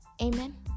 Amen